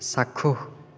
চাক্ষুষ